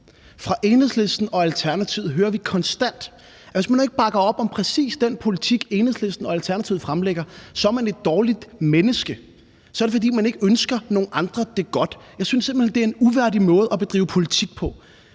Fra Enhedslisten og Alternativet hører vi konstant, at hvis man ikke bakker op om præcis den politik, Enhedslisten og Alternativet fremlægger, så er man et dårligt menneske, og så er det, fordi man ikke ønsker nogen andre det godt. Jeg synes simpelt hen, det er en uværdig måde at bedrive politik på.